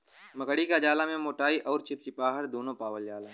मकड़ी क जाला में मोटाई अउर चिपचिपाहट दुन्नु पावल जाला